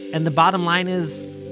and the bottom line is,